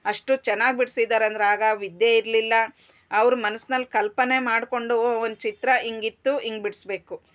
ಅಷ್ಟು ಚೆನ್ನಾಗ್ ಬಿಡಿಸಿದ್ದಾರಂದ್ರೆ ಆಗ ವಿದ್ಯೆ ಇರಲಿಲ್ಲ ಅವ್ರ ಮನ್ಸಿನಲ್ಲಿ ಕಲ್ಪನೆ ಮಾಡಿಕೊಂಡು ಒಂದು ಚಿತ್ರ ಹಿಂಗಿತ್ತು ಹಿಂಗ್ ಬಿಡಿಸ್ಬೇಕು